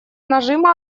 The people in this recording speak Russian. нажима